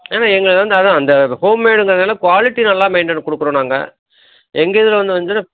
ஏன்னா எங்களுது வந்து அதான் அந்த ஹோம்மேடுங்கிறனால குவாலிட்டி நல்லா மெயின்டென் கொடுக்கறோம் நாங்கள் எங்கள் இதில் வந்து வந்து